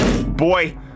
boy